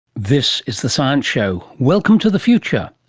this is the science show. welcome to the future.